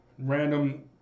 random